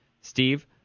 Steve